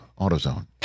AutoZone